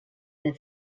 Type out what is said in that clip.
del